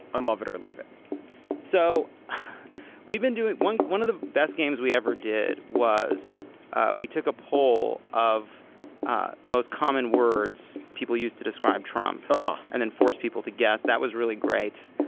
um love it or leave it so we've been doing one one of the best games we ever did was we took a poll of ah the most common words people used to describe trump but and then force people to guess that was really great.